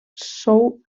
sou